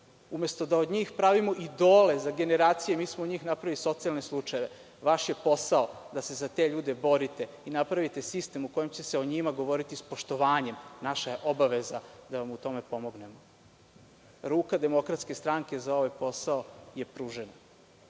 da od njih pravimo idole za generacije, mi smo od njih napravili socijalne slučajeve. Vaš je posao je da se za te ljude borite i napravite sistem u kome će se o njima govoriti sa poštovanjem. Naša je obaveza da vam u tome pomognemo. Ruka DS za ovaj posao je pružena. Drugo